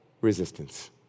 resistance